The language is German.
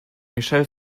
michelle